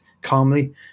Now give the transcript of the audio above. calmly